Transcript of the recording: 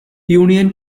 union